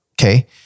Okay